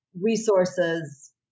resources